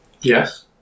Yes